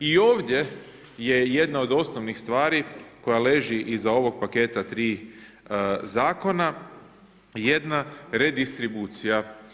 I ovdje je jedna od osnovnih stvari koja leži iza ovoga paketa tri zakona jedna redistribucija.